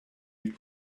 you